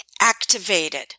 activated